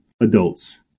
adults